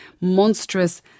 monstrous